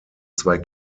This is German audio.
zwei